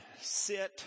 sit